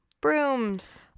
brooms